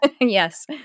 yes